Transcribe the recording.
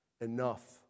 enough